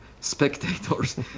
spectators